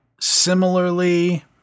similarly